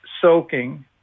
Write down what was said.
soaking